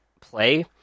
play